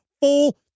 full